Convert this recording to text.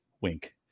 Wink